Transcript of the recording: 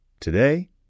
Today